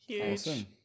Awesome